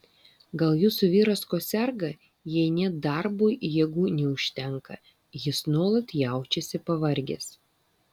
gal jūsų vyras kuo serga jei net darbui jėgų neužtenka jis nuolat jaučiasi pavargęs